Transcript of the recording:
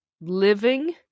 living